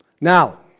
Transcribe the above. Now